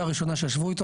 אנחנו מכפילים את עצמנו,